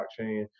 blockchain